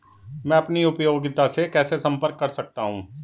मैं अपनी उपयोगिता से कैसे संपर्क कर सकता हूँ?